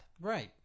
right